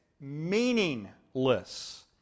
meaningless